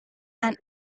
and